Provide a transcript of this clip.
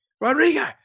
Rodrigo